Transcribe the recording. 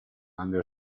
under